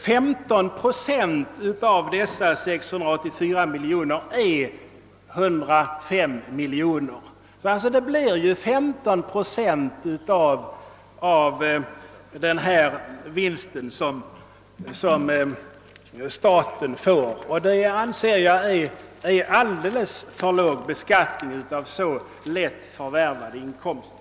15 procent därav är 105 miljoner kronor. Staten får alltså 15 procent av vinsten. Jag anser att detta är en alldeles för låg beskattning av så lätt förvärvade inkomster.